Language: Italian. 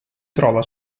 trova